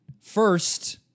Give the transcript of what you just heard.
first